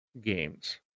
games